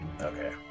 Okay